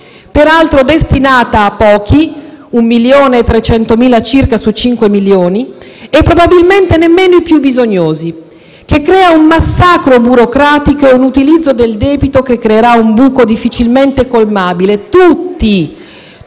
peraltro destinata a pochi (circa 1,3 milioni su 5 milioni) e probabilmente nemmeno i più bisognosi, che determina un massacro burocratico e un utilizzo del debito che creerà un buco difficilmente colmabile. Tutti